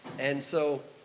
and so